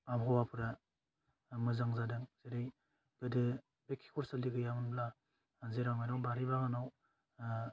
आबहावाफ्रा मोजां जादों जेरै गोदो बे खिखर सालि गैयामोनब्ला जेराव मेराव बारि बागानाव ओह